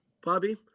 Bobby